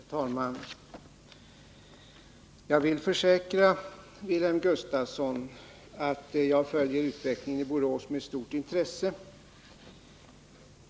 Herr talman! Jag vill försäkra Wilhelm Gustafsson att jag följer utvecklingen i Borås med stort intresse.